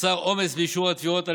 נוצר עומס באישור התביעות.